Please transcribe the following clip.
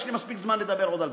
יש לי מספיק זמן עוד לדבר על זה.